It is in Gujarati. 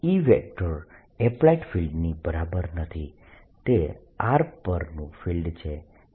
E એપ્લાઇડ ફિલ્ડની બરાબર નથી તે r પરનું ફિલ્ડ છે